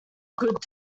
good